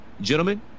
Gentlemen